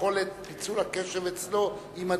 יכולת פיצול הקשב אצלו היא מדהימה.